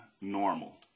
normal